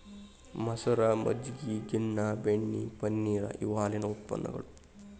ಮಸರ, ಮಜ್ಜಗಿ, ಗಿನ್ನಾ, ಬೆಣ್ಣಿ, ಪನ್ನೇರ ಇವ ಹಾಲಿನ ಉತ್ಪನ್ನಗಳು